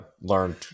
learned